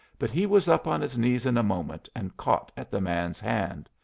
but he was up on his knees in a moment, and caught at the man's hand.